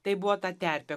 tai buvo ta terpė